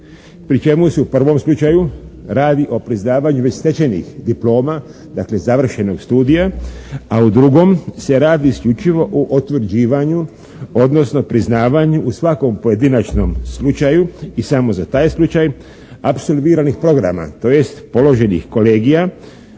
pri čemu se u prvom slučaju radi o priznavanju već stečenih diploma, dakle završenog studija a u drugom se radi isključivo o utvrđivanju odnosno priznavanju u svakom pojedinačnom slučaju i samo za taj slučaj apsolviranih programa tj. položenih kolegija